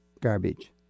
garbage